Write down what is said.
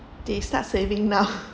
they start saving now